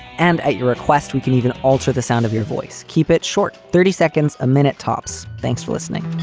and at your request we can even alter the sound of your voice. keep it short. thirty seconds a minute, tops. thanks for listening